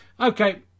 Okay